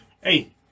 Hey